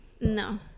No